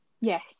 yes